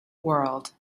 world